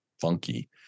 funky